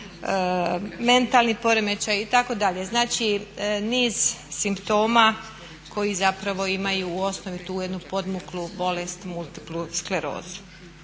mentalni poremećaji itd. Znači niz simptoma koji zapravo imaju u osnovi tu jednu podmuklu bolest multiplu sklerozu.